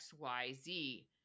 XYZ